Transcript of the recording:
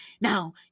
Now